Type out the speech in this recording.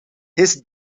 his